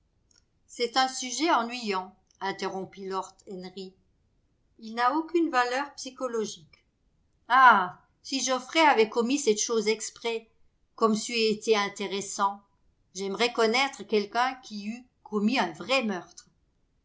c'est un sujet ennuyant interrompit lord henry il n'a aucune valeur psychologique ah si geofïrey avait commis cette chose exprès comme c'eût été intéressant j'aimerais connaître quelqu'un qui eût commis un vrai meurtre